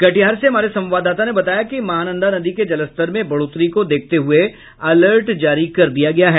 कटिहार से हमारे संवाददाता ने बताया कि महानंदा नदी के जलस्तर में बढ़ोतरी को देखते हुये अलर्ट जारी कर दिया गया है